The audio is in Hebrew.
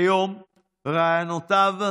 כיום רעיונותיו,